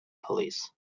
police